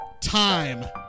time